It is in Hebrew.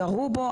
ירו בו,